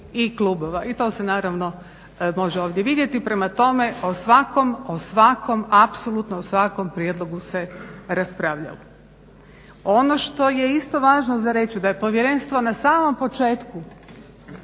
i klubova i to se naravno može ovdje vidjeti. Prema tome, o svakom apsolutno svakom prijedlogu se raspravljalo. Ono što je isto važno za reći da je povjerenstvo na samom početku